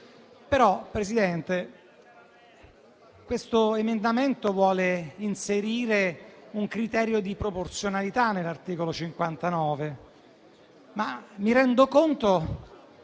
più difficile. Questo emendamento vuole inserire un criterio di proporzionalità nell'articolo 59, ma mi rendo conto